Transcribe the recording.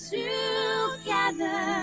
together